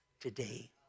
today